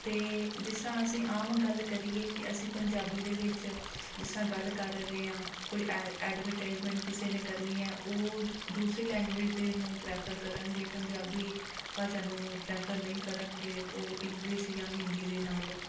ਅਤੇ ਜਿਸ ਤਰ੍ਹਾਂ ਅਸੀਂ ਆਮ ਗੱਲ ਕਰੀਏ ਕਿ ਅਸੀਂ ਪੰਜਾਬੀ ਦੇ ਵਿੱਚ ਜਿਸ ਤਰ੍ਹਾਂ ਗੱਲ ਕਰ ਰਹੇ ਹਾਂ ਕੋਈ ਐਡ ਐਡਵਟਾਇਸਮੈਂਟ ਕਿਸੇ ਨੇ ਕਰਨੀ ਹੈ ਉਹ ਦੂਸਰੀ ਲੈਂਗੂਏਜ਼ ਦੇ ਨੂੰ ਪਰੈਫਰ ਕਰਨਗੇ ਪੰਜਾਬੀ ਭਾਸ਼ਾ ਨੂੰ ਪਰੈਫਰ ਨਹੀਂ ਕਰਨਗੇ ਉਹ ਇੰਗਲਿਸ਼ ਜਾਂ ਹਿੰਦੀ ਦੇ ਨਾਲ